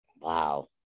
Wow